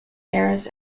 airs